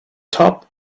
top